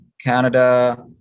canada